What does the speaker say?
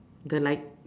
the light